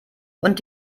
und